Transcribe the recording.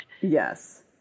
Yes